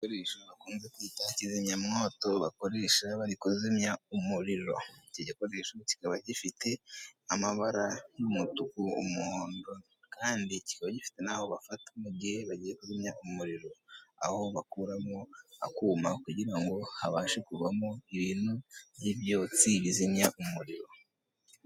Kizimyamwoto bakoresha bari kuzimya umuriro. Iki gikoresho kikaba gifite amabara y'umutuku, umuhondo kandi kikaba gifite n'aho bafata mu gihe bagiye kuzimya umuriro. Aho bakuramo akuma kugira ngo habashe kuvamo ibintu by'ibyotsi bizimya umuriro.